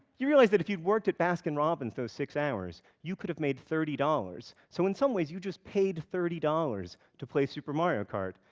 you realize that if you'd worked at baskin-robbins those six hours, you could have made thirty dollars, so in some ways, you just paid thirty dollars to play super mario kart,